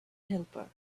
helper